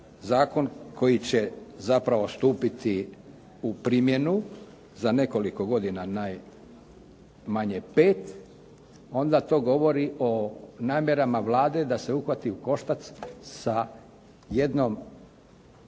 koji će zapravo stupiti u primjenu za nekoliko godina, najmanje 5, onda to govori o namjerama Vlade da se uhvati u koštac sa jednom